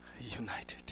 united